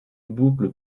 boucle